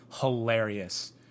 Hilarious